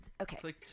Okay